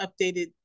updated